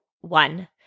one